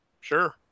sure